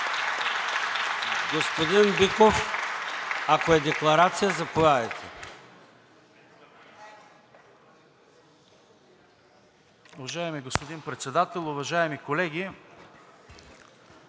Господин Биков, ако е декларация, заповядайте.